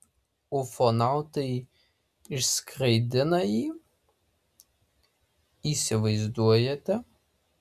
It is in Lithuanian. ufonautai išskraidina jį įsivaizduojate